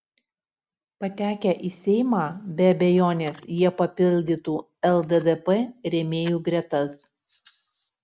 patekę į seimą be abejonės jie papildytų lddp rėmėjų gretas